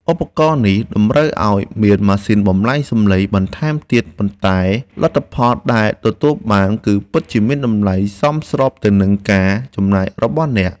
ឧបករណ៍នេះតម្រូវឱ្យមានម៉ាស៊ីនបំប្លែងសំឡេងបន្ថែមទៀតប៉ុន្តែលទ្ធផលដែលទទួលបានគឺពិតជាមានតម្លៃសមស្របទៅនឹងការចំណាយរបស់អ្នក។